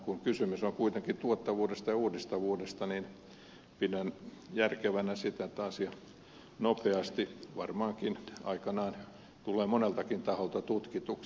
kun kysymys on kuitenkin tuottavuudesta ja uudistavuudesta niin pidän järkevänä sitä että asia nopeasti tulee varmaankin aikanaan tulee moneltakin taholta tutkituksi